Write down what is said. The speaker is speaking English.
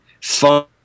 fun